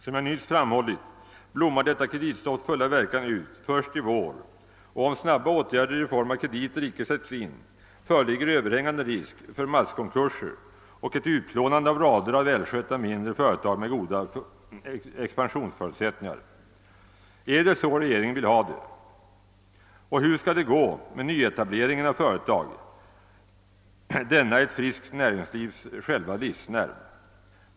Som jag nyss framhållit blommar detta kreditstopps fulla verkan ut först i vår, och om snabba åtgärder i form av krediter inte sätts in, föreligger överhängande risk för masskonkurser och ett utplånande av rader av välskötta mindre företag med goda expansionsmöjligheter. Är det så regeringen vill ha det? Och hur skall det gå med nyetableringen av företag, denna ett friskt näringslivs själva livsnerv?